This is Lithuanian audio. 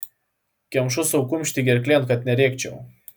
kemšu sau kumštį gerklėn kad nerėkčiau